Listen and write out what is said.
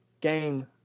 game